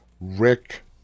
Rick